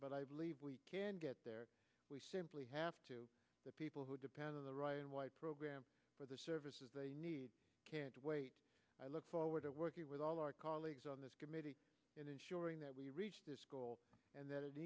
but i believe we can get there we simply have to the people who depend on the ryan white program for the services they need can't wait i look forward to working with all our colleagues on this committee in ensuring that we reach this goal and th